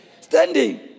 Standing